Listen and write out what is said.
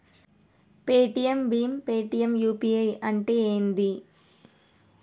Paytm భీమ్ Paytm UPI అంటే ఏంది?